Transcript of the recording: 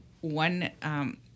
one